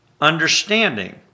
understanding